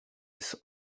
its